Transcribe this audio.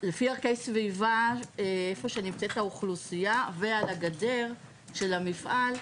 לפי ערכי סביבה איפה שנמצאת האוכלוסייה ועל הגדר של המפעל.